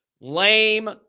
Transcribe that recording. lame